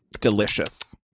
Delicious